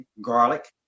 garlic